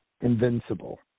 invincible